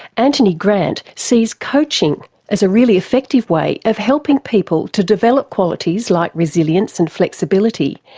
anthony grant sees coaching as a really effective way of helping people to develop qualities like resilience and flexibility,